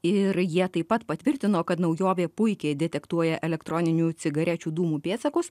ir jie taip pat patvirtino kad naujovė puikiai detektuoja elektroninių cigarečių dūmų pėdsakus